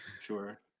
Sure